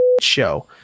show